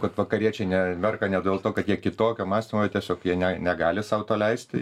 kad vakariečiai ne merka ne dėl to kad jie kitokio mąstymo jie tiesiog jie ne negali sau to leisti